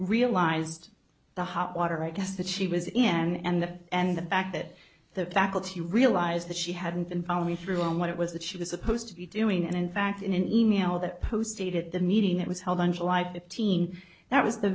realized the hot water i guess that she was in and that and the fact that the faculty realized that she hadn't been following through on what it was that she was supposed to be doing and in fact in an e mail that posted at the meeting that was held on july fifteenth that was the